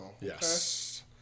Yes